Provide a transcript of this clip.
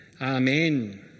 Amen